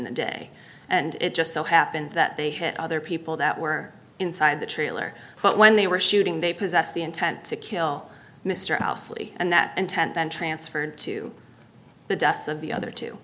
the day and it just so happened that they had other people that were inside the trailer when they were shooting they possess the intent to kill mr owsley and that intent then transferred to the deaths of the other two